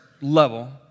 level